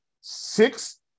Six